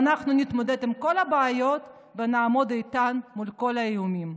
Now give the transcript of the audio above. ואנחנו נתמודד עם כל הבעיות ונעמוד איתן מול כל האיומים.